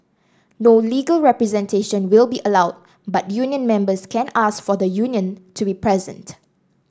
no legal representation will be allowed but union members can ask for the union to be present